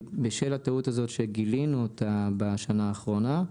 בשל הטעות הזאת שגילינו אותה בשנה האחרונה,